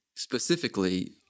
Specifically